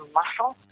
muscle